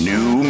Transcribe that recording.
New